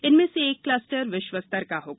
इनमें से एक कलस्टर विश्व स्तर का होगा